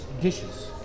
dishes